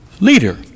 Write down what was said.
leader